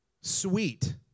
sweet